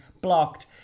blocked